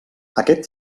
aquest